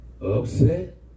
Upset